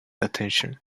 attention